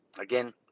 Again